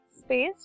space